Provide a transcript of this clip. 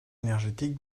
énergétique